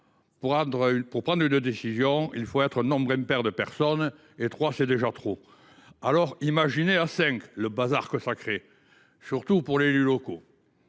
Pour prendre une décision, il faut être un nombre impair de personnes, et trois c’est déjà trop. » Imaginez donc à cinq le bazar que ça crée, surtout pour nos élus locaux